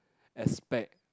aspect